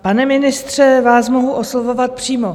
Pane ministře, vás mohu oslovovat přímo.